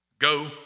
Go